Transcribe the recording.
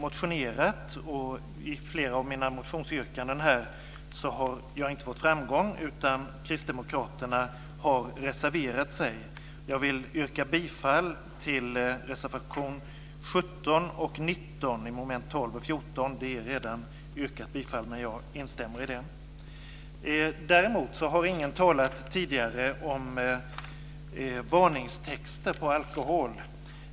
I flera av mina motionsyrkanden har jag inte nått framgång, utan Kristdemokraterna har reserverat sig. Jag vill yrka bifall till reservationerna 17 och 19 under moment 12 och 14. Det är redan yrkat bifall, men jag instämmer i det. Däremot har ingen tidigare talat om varningstexter på alkohol.